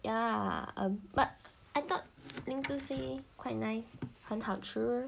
ya lah err but I thought ling zi say quite nice 很好吃